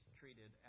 treated